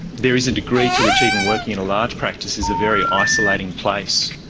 there is a degree to which even working in a large practice is a very isolating place.